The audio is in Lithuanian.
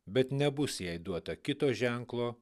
bet nebus jai duota kito ženklo